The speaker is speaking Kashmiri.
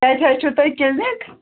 کٔتہِ حظ چھُو تۅہہِ کِلنِک